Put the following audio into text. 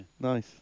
Nice